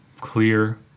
clear